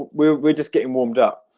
we're we're just getting warmed up,